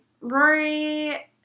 Rory